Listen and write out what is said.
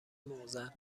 معضل